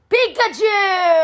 Pikachu